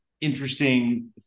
interesting